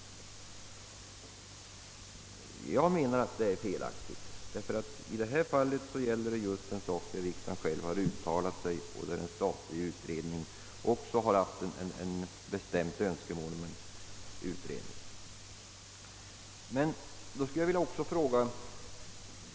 Detta är enligt min mening fel aktigt, ty i detta fall gäller det en fråga varom riksdagen själv har gjort ett uttalande, och dessutom har en statlig utredning framfört bestämt önskemål om utredning.